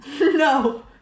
No